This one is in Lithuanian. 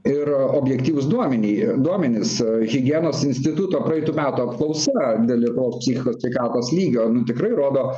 ir objektyvūs duomeny duomenys higienos instituto praeitų metų apklausa dėl lietuvos psichikos sveikatos lygio nu tikrai rodo